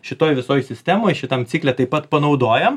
šitoj visoj sistemoj šitam cikle taip pat panaudojam